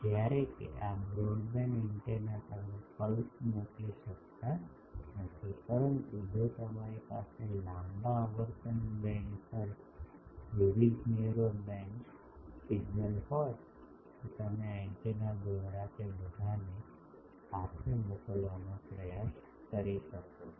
જ્યારે કે આ બ્રોડબેન્ડ એન્ટેના તમે પલ્સ મોકલી શકતા નથી પરંતુ જો તમારી પાસે લાંબા આવર્તન બેન્ડ પર વિવિધ નેરો બેન્ડ સિગ્નલ હોય તો તમે આ એન્ટેના દ્વારા તે બધાને સાથે મોકલવાનો પ્રયાસ કરી શકો છો